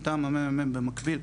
מטעם הממ"מ במקביל,